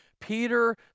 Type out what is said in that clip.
Peter